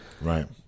Right